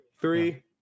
three